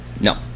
No